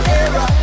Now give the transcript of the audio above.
era